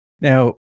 now